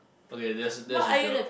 okay that's a that's a joke